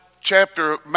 chapter